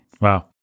Wow